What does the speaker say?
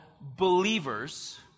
believers